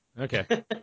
Okay